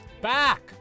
back